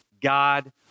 God